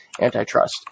antitrust